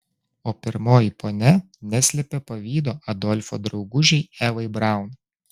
o pirmoji ponia neslėpė pavydo adolfo draugužei evai braun